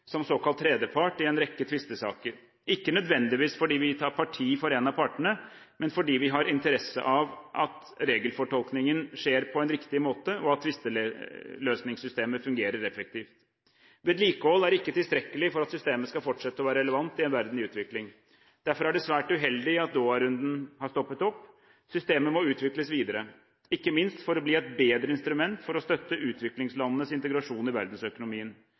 som såkalt tredjepart i en rekke tvistesaker – ikke nødvendigvis fordi vi tar parti for en av partene, men fordi vi har interesse av at regelfortolkningen skjer på en riktig måte, og at tvisteløsningssystemet fungerer effektivt. Vedlikehold er ikke tilstrekkelig for at systemet skal fortsette å være relevant i en verden i utvikling. Derfor er det svært uheldig at Doha-runden har stoppet opp. Systemet må utvikles videre – ikke minst for å bli et bedre instrument for å støtte utviklingslandenes integrasjon i verdensøkonomien.